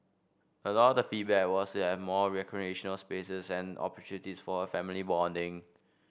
a lot of the feedback was to have more recreational spaces and opportunities for a family bonding